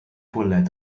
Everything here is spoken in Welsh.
bwled